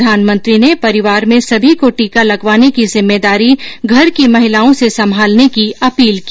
प्रधानमंत्री ने परिवार में सभी को टीका लगवाने की जिम्मेदारी घर की महिलाओं से संभालने की अपील की